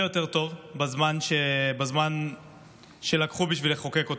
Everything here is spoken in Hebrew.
יותר טוב בזמן שלקחו בשביל לחוקק אותו.